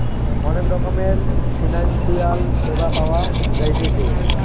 অনেক রকমের ফিনান্সিয়াল সেবা পাওয়া জাতিছে